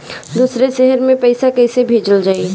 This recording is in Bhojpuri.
दूसरे शहर में पइसा कईसे भेजल जयी?